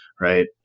right